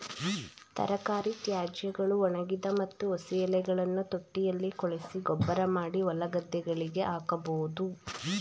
ತರಕಾರಿ ತ್ಯಾಜ್ಯಗಳು, ಒಣಗಿದ ಮತ್ತು ಹಸಿ ಎಲೆಗಳನ್ನು ತೊಟ್ಟಿಯಲ್ಲಿ ಕೊಳೆಸಿ ಗೊಬ್ಬರಮಾಡಿ ಹೊಲಗದ್ದೆಗಳಿಗೆ ಹಾಕಬೋದು